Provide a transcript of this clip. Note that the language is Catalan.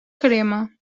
crema